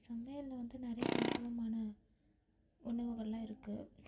சமையலில் வந்து நிறைய தனித்துவமான உணவுகளெலாம் இருக்குது